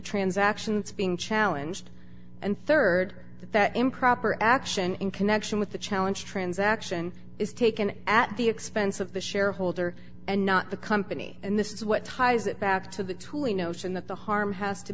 transactions being challenge and rd that improper action in connection with the challenge transaction is taken at the expense of the shareholder and not the company and this is what ties it back to the tuli notion that the harm has to